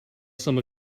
some